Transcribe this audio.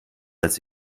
als